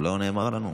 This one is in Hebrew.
לא נאמר לנו.